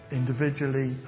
individually